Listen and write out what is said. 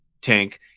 tank